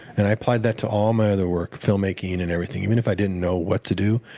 and i applied that to all my other work filmmaking and and everything. even if i didn't know what to do,